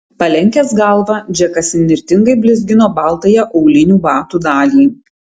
palenkęs galvą džekas įnirtingai blizgino baltąją aulinių batų dalį